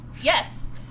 Yes